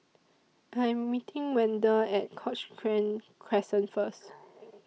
I'm meeting Wende At Cochrane Crescent First